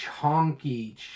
chunky